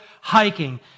hiking